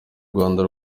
rwanda